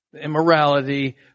Immorality